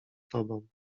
tobą